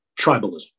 Tribalism